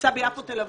נמצא ביפו-תל אביב,